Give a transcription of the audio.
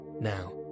Now